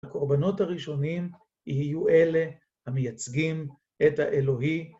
הקורבנות הראשוניים יהיו אלה המייצגים את האלוהי